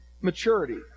maturity